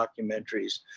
documentaries